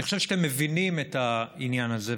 אני חושב שאתם מבינים את העניין הזה,